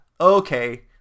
Okay